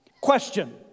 Question